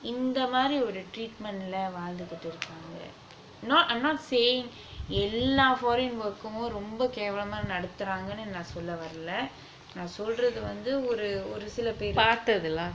இந்தமாரி ஒரு:inthamari oru treatment lah வாழ்ந்துகிட்டு இருக்காங்க:vazhnthukittu irukkanga not I'm not saying எல்லா:ella foreign work [(hmm)m] ரொம்ப கேவலமா நடத்துறாங்கனு நான் சொல்ல வரல நான் சொல்றது வந்து ஒரு ஒரு சில பேரு:romba kevalama nadathuranganu nan solla varala nan solrathu vanthu oru oru sila peru